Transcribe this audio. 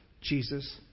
Jesus